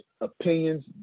opinions